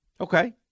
Okay